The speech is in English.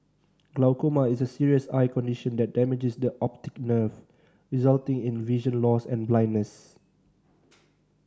glaucoma is a serious eye condition that damages the optic nerve resulting in vision loss and blindness